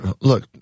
look